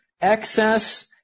Excess